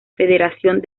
federación